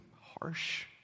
harsh